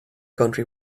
country